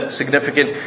significant